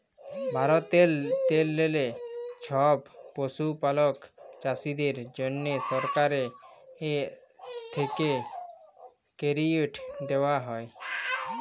ভারতেললে ছব পশুপালক চাষীদের জ্যনহে সরকার থ্যাকে কেরডিট দেওয়া হ্যয়